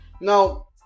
Now